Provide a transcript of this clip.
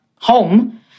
home